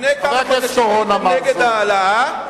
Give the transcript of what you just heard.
לפני כמה חודשים החליטו נגד העלאה,